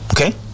Okay